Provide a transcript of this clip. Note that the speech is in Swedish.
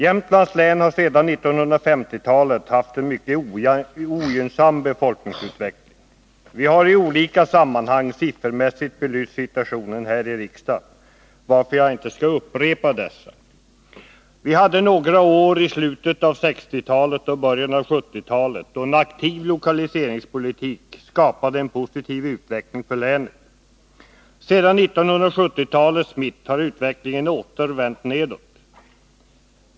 Jämtlands län har sedan 1950-talet haft en mycket ogynnsam befolkningsutveckling. Vi har i olika sammanhang siffermässigt belyst situationen här i riksdagen, varför jag inte skall upprepa dessa redogörelser. Vi hade några år i slutet av 1960-talet och början av 1970-talet, då en aktiv lokaliseringspolitik skapade en positiv utveckling för länet. Sedan 1970-talets mitt har utvecklingen åter vänt nedåt.